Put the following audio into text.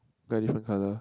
guide different colour